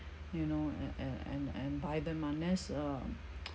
you know and and and and buy them unless uh